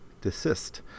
desist